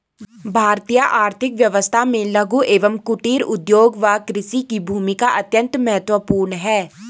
भारतीय आर्थिक व्यवस्था में लघु एवं कुटीर उद्योग व कृषि की भूमिका अत्यंत महत्वपूर्ण है